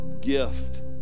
gift